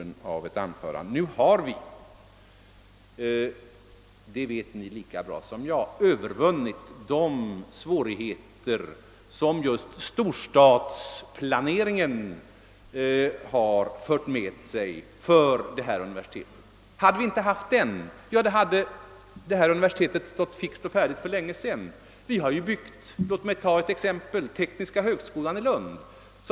Nu har vi — det vet fru Nettelbrandt lika bra som jag — övervunnit de svårigheter som just storstadsplaneringen fört med sig beträffande detta universitet, vilket annars stått färdigbyggt för mycket länge sedan. Låt mig ta Tekniska högskolan i Lund som exempel.